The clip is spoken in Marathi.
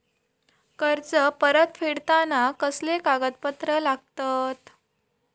कर्ज परत फेडताना कसले कागदपत्र लागतत?